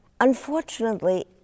unfortunately